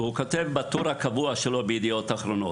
וכותב בטור הקבוע שלו, בידיעות אחרונות: